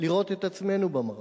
לראות את עצמנו במראה.